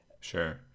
Sure